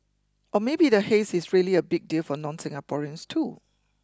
or maybe the haze is really a big deal for non Singaporeans too